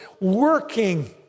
working